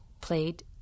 played